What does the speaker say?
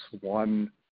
one